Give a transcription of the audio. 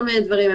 כל מיני דברים,